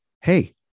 hey